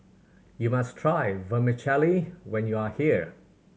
you must try Vermicelli when you are here